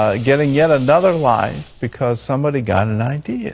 ah getting yet another life because somebody got an idea.